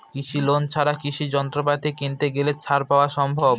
কৃষি লোন ছাড়া কৃষি যন্ত্রপাতি কিনতে গেলে ছাড় পাওয়া সম্ভব?